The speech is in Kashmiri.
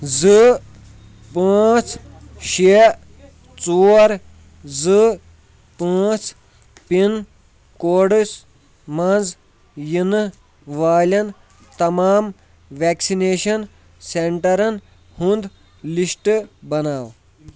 زٕ پٲنٛژ شےٚ ژور زٕ پٲنٛژ پِن کوڈس مَنٛز یِنہٕ والٮ۪ن تمام ویکسِنیٚشن سینٹرن ہُنٛد لِسٹ بناو